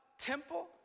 temple